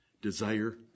desire